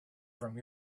from